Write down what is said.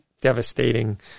devastating